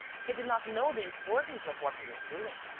he did not know the importance of what he was doing!